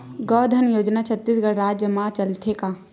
गौधन योजना छत्तीसगढ़ राज्य मा चलथे का?